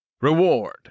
Reward